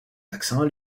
vaccins